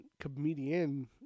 comedian